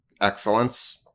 excellence